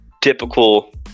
typical